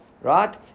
right